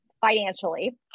financially